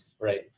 right